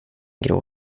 grå